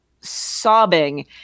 sobbing